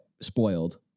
spoiled